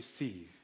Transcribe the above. receive